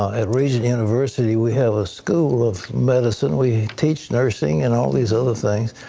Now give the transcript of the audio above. at regent university we have a school of medicine we teach nursing and all these other things.